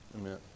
amen